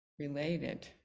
related